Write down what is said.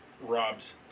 Rob's